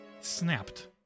snapped